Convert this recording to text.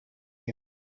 you